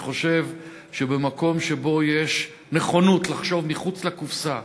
אני חושב שבמקום שבו יש נכונות לחשוב מחוץ לקופסה,